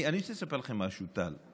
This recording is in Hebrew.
אני רוצה לספר לכם משהו, טל.